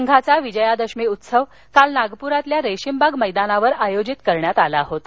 संघाचा विजयादशमी उत्सव काल नागपूरातील रेशिमबाग मैदानावर आयोजित करण्यात आला होता